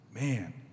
Man